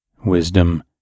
wisdom